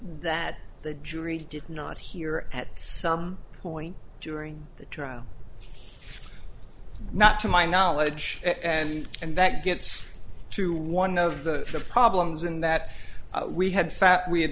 that the jury did not hear at some point during the trial not to my knowledge and and that gets to one of the problems in that we had fact we had